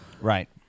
Right